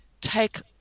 take